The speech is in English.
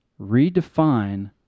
redefine